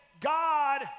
God